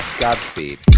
godspeed